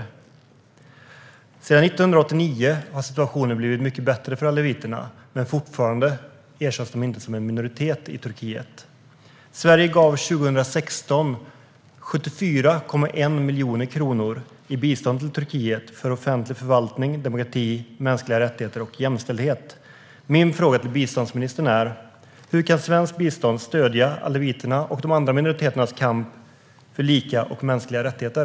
Sedan 1989 har situationen blivit mycket bättre för alawiterna, men fortfarande erkänns de inte som en minoritet i Turkiet. År 2016 gav Sverige 74,1 miljoner kronor i bistånd till Turkiet för offentlig förvaltning, demokrati, mänskliga rättigheter och jämställdhet. Min fråga till biståndsministern är: Hur kan svenskt bistånd stödja alawiternas och de andra minoriteternas kamp för lika och mänskliga rättigheter?